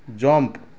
jump